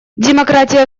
демократия